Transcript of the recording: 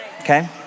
okay